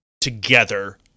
together